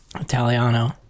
italiano